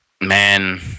man